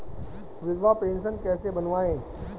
विधवा पेंशन कैसे बनवायें?